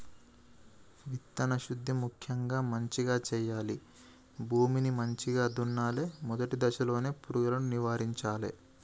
విత్తన శుద్ధి ముక్యంగా మంచిగ చేయాలి, భూమిని మంచిగ దున్నలే, మొదటి దశలోనే పురుగులను నివారించాలే